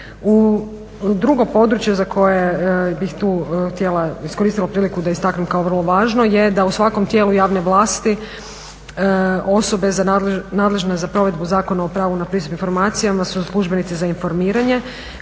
Drugo područje za koje bih tu htjela, iskoristila priliku da istaknem kao vrlo važno je da u svakom tijelu javne vlasti osobe nadležne za provedbu Zakona o pravu na pristup informacijama su službenici za informiranje